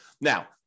Now